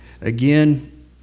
again